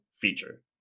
feature